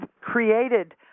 created